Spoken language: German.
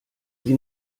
sie